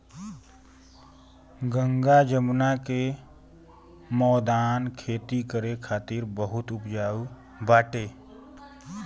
गंगा जमुना के मौदान खेती करे खातिर बहुते उपजाऊ बाटे